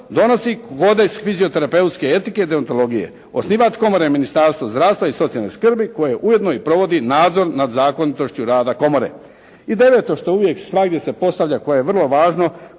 donosi kodeks fizioterapeutske etike, deontologije. Osnivač komore je Ministarstvo zdravstva i socijalne skrbi koje ujedno i provodi nadzor nad zakonitošću rada komore. I deveto što uvijek svagdje se postavlja koje je vrlo važno